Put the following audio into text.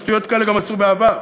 שטויות כאלה גם עשו בעבר,